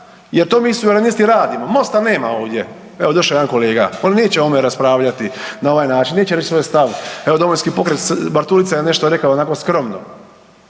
jer to mi Suverenisti radimo, Mosta nema ovdje. Evo došao je jedan kolega. On neće o ovome raspravljati na ovaj način. Neće reći svoj stav. Evo Domovinski pokret, Bartulica je nešto rekao onako skromno,